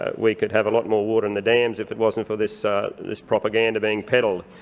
ah we could have a lot more water in the dams if it wasn't for this this propaganda being peddled.